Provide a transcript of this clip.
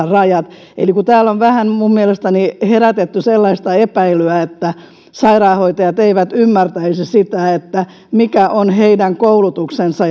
rajat eli kun täällä on minun mielestäni herätetty vähän sellaista epäilyä että sairaanhoitajat eivät ymmärtäisi mikä on heidän koulutuksensa